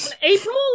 April